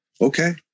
okay